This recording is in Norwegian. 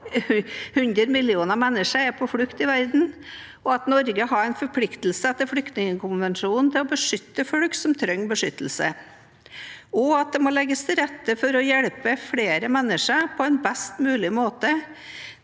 millioner mennesker er på flukt i verden, at Norge har en forpliktelse etter flyktningkonvensjonen til å beskytte folk som trenger beskyttelse, og at det må legges til rette for å hjelpe flere mennesker på en best mulig måte.